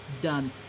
Done